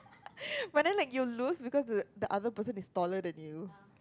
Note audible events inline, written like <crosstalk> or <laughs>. <laughs> but then like you lose because the the other person is taller than you